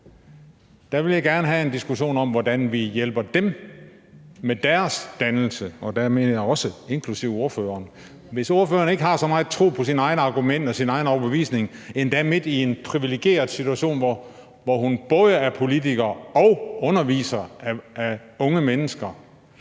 vil jeg gerne have en diskussion om, hvordan vi hjælper dem med deres dannelse. Og der mener jeg også ordføreren. Hvis ordføreren ikke har så meget tro på sine egne argumenter og sin egen overbevisning, endda midt i en privilegeret situation, hvor hun både er politiker og underviser af unge mennesker,